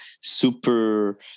super